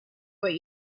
what